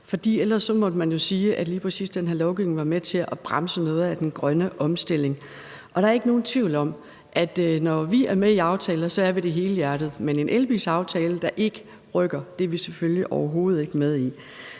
For ellers måtte man jo sige, at lige præcis den her lovgivning ville være med til at bremse noget af den grønne omstilling. Der er heller ikke nogen tvivl om, at vi, når vi er med i aftaler, så er det helhjertet, men at vi selvfølgelig overhovedet heller